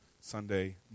Sunday